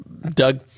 Doug